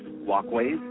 walkways